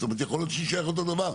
יכול להיות שיישאר אותו הדבר,